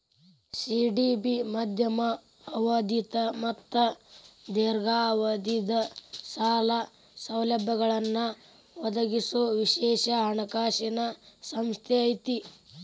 CDB ಮಧ್ಯಮ ಅವಧಿದ್ ಮತ್ತ ದೇರ್ಘಾವಧಿದ್ ಸಾಲ ಸೌಲಭ್ಯಗಳನ್ನ ಒದಗಿಸೊ ವಿಶೇಷ ಹಣಕಾಸಿನ್ ಸಂಸ್ಥೆ ಐತಿ